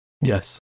Yes